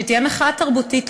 שתהיה מחאה תרבותית,